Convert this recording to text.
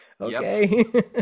okay